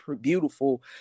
beautiful